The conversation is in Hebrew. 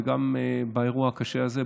וגם באירוע הקשה הזה,